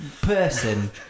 person